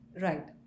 Right